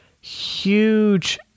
huge